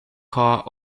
car